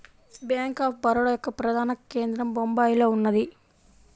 bank of Baroda యొక్క ప్రధాన కేంద్రం బొంబాయిలో ఉన్నది